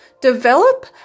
develop